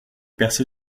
percée